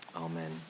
amen